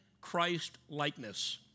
Christ-likeness